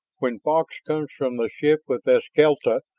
when fox comes from the ship with eskelta,